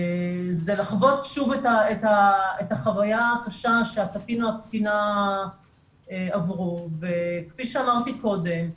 זה לחוות שוב את החוויה הקשה שהקטין או הקטינה עברו וכפי שאמרתי קודם,